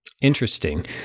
Interesting